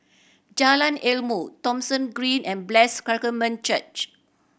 Jalan Ilmu Thomson Green and Blessed Sacrament Church